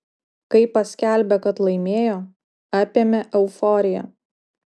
kai paskelbė kad laimėjo apėmė euforija